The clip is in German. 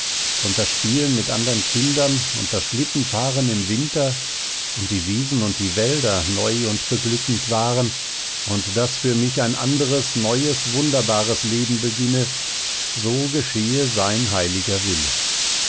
und das spielen mit anderen kindern und das schlittenfahren im winter und die wiesen und die wälder neu und beglückend waren und daß für mich ein anderes neues wunderbares leben beginne so geschehe sein heiliger wille